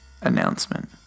announcement